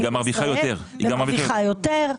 גם מרוויחה יותר.